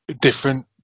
different